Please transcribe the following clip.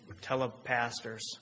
telepastors